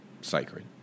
sacred